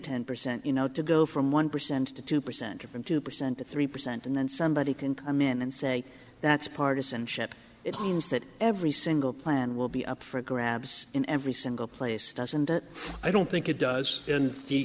ten percent you know to go from one percent to two percent or from two percent to three percent and then somebody can come in and say that's partisanship it means that every single plan will be up for grabs in every single place doesn't it i don't think it does in